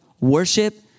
worship